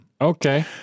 Okay